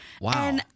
wow